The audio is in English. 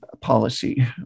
policy